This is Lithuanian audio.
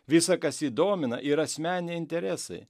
visa kas jį domina yra asmeniai interesai